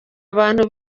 abantu